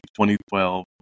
2012